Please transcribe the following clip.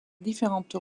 différentes